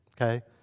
Okay